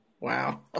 Wow